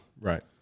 Right